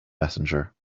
messenger